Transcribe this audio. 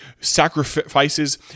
sacrifices